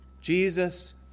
Jesus